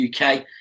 UK